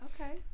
Okay